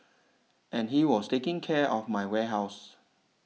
and he was taking care of my warehouse